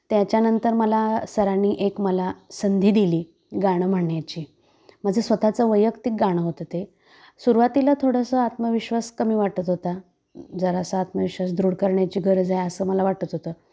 त्याच्यानंतर मला सरांनी एक मला संधी दिली गाणं म्हणण्याची माझं स्वतःचं वैयक्तिक गाणं होतं ते सुरुवातीला थोडंसं आत्मविश्वास कमी वाटत होता जरा असा आत्मविश्वास दृढ करण्याची गरज आहे असं मला वाटत होतं